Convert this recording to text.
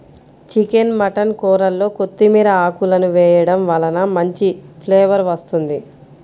chicken mutton కూరల్లో కొత్తిమీర ఆకులను వేయడం వలన మంచి ఫ్లేవర్ వస్తుంది